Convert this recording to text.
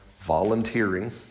volunteering